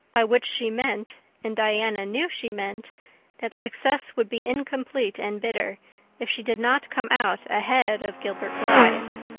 by which she meant and diana knew she meant that success would be incomplete and bitter if she did not come out ahead of gilbert blythe.